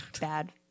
bad